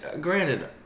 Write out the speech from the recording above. granted